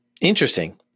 Interesting